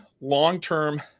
long-term